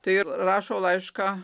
tai ir rašo laišką